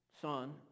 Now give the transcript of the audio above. son